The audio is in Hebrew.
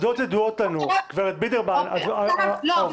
גב' בידרמן, העובדות ידועות לנו.